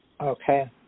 Okay